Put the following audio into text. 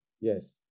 Yes